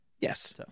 Yes